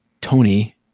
Tony